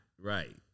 right